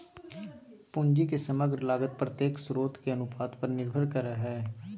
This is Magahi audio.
पूंजी के समग्र लागत प्रत्येक स्रोत के अनुपात पर निर्भर करय हइ